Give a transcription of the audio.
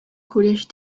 collège